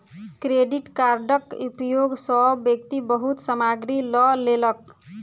credit कार्डक उपयोग सॅ व्यक्ति बहुत सामग्री लअ लेलक